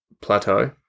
plateau